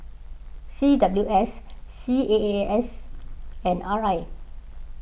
C W S C A A S and R I